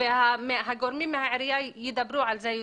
והגורמים מהעירייה ידברו על זה.